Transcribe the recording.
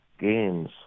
games